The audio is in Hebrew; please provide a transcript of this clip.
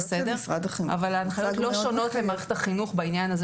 אבל ההנחיות לא שונות ממערכת החינוך בעניין הזה